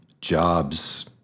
jobs